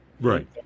right